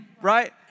right